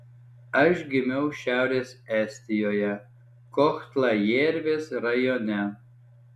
aš gimiau šiaurės estijoje kohtla jervės rajone